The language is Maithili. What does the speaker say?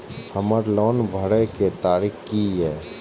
हमर लोन भरए के तारीख की ये?